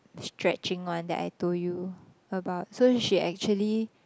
stretching one that I told you about so she actually